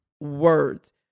words